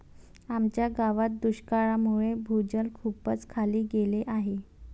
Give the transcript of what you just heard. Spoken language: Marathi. आमच्या गावात दुष्काळामुळे भूजल खूपच खाली गेले आहे